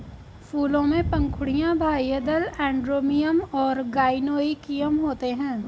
फूलों में पंखुड़ियाँ, बाह्यदल, एंड्रोमियम और गाइनोइकियम होते हैं